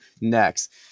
next